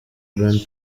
grant